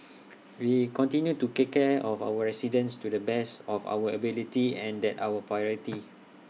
we continue to take care of our residents to the best of our ability and that's our priority